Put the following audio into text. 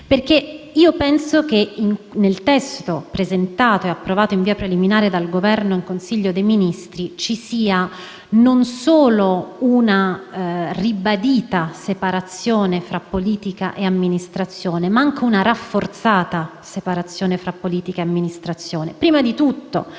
incarichi. Penso che nel testo presentato e approvato in via preliminare dal Governo in Consiglio dei ministri ci sia non solo una ribadita separazione, ma anche una rafforzata separazione tra politica e amministrazione,